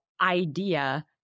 idea